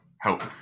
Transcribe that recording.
help